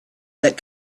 that